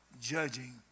judging